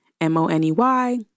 M-O-N-E-Y